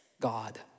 God